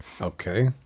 okay